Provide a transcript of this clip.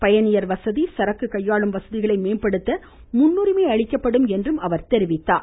பயணியர் வசதி சரக்கு கையாளும் வசதிகளை மேம்படுத்த முன்னுரிமை அளிக்கப்படும் எனவும் தெரிவித்தார்